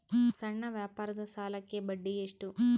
ಸಣ್ಣ ವ್ಯಾಪಾರದ ಸಾಲಕ್ಕೆ ಬಡ್ಡಿ ಎಷ್ಟು?